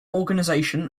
organization